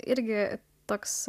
irgi toks